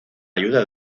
ayuda